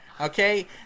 okay